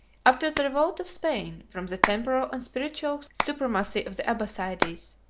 after the revolt of spain from the temporal and spiritual supremacy of the abbassides,